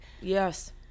yes